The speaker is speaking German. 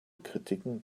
kritiken